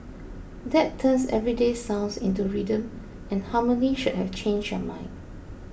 that turns everyday sounds into rhythm and harmony should have changed your mind